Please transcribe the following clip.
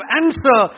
answer